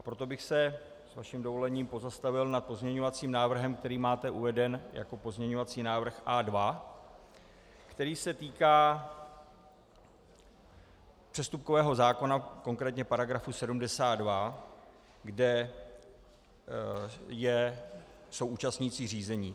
Proto bych se s vaším dovolením pozastavil nad pozměňovacím návrhem, který máte uveden jako pozměňovací návrh A2, který se týká přestupkového zákona, konkrétně § 70, kde jsou účastníci řízení.